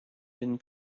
been